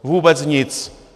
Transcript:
Vůbec nic.